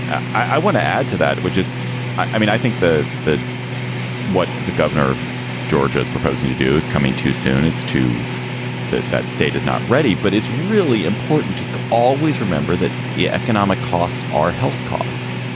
i i want to add to that, which is i mean, i think the the what the governor of georgia is proposing to do is coming too soon. it's to that that state is not ready. but it's really important to always remember that yeah economic costs are health costs.